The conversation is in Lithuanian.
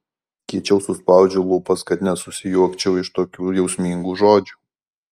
kiečiau suspaudžiu lūpas kad nenusijuokčiau iš tokių jausmingų žodžių